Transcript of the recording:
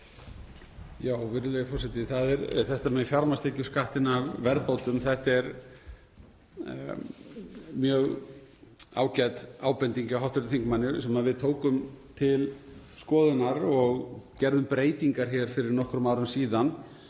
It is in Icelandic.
Virðulegur forseti. Það er þetta með fjármagnstekjuskattinn af verðbótum — þetta er mjög ágæt ábending hjá hv. þingmanni — sem við tókum til skoðunar og gerðum breytingar á hér fyrir nokkrum árum síðan.